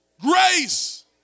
Grace